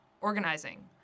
organizing